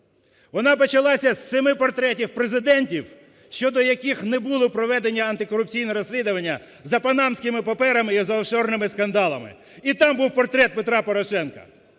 Вона почалася з семи портретів президентів, щодо яких не було проведено антикорупційного розслідування за панамськими паперами і за офшорними скандалами. І там був портрет Петра Порошенка.